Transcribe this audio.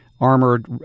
armored